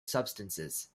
substances